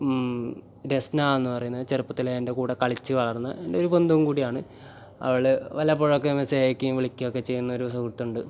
രസ്ന എന്ന് പറയുന്നത് ചെറുപ്പത്തിലേ എൻ്റെ കൂടെ കളിച്ച് വളർന്ന് എൻ്റെ ഒരു ബന്ധുവും കൂടിയാണ് അവൾ വല്ലപ്പോഴൊക്കെ ഒന്ന് സ്നേഹിക്കുകയും വിളിക്കുക ഒക്കെ ചെയ്യുന്ന ഒരു സുഹൃത്ത് ഉണ്ട്